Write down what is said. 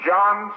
John